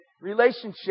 relationship